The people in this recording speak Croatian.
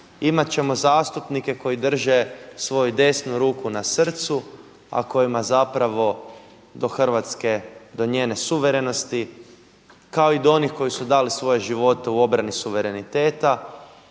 imat ćemo zastupnike koji drže svoju desnu ruku na srcu a kojima zapravo do Hrvatske do njene suverenosti kao i do onih koji su dali svoje živote u obrani suvereniteta